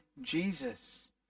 jesus